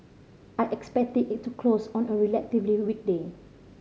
I expect it to close on a relatively weak day